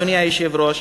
אדוני היושב-ראש,